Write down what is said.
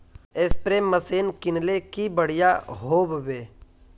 Spray machine किनले की बढ़िया होबवे?